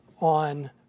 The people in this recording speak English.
on